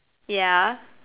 ya